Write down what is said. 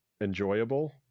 enjoyable